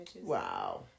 Wow